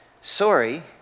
sorry